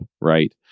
right